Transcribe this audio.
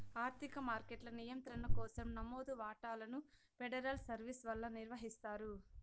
ఆర్థిక మార్కెట్ల నియంత్రణ కోసరం నమోదు వాటాలను ఫెడరల్ సర్వీస్ వల్ల నిర్వహిస్తారు